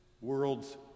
World's